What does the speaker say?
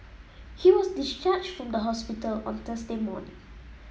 he was discharged from hospital on Thursday morning